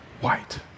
White